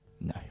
no